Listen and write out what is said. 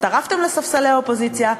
הצטרפתם לספסלי האופוזיציה,